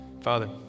Father